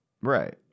Right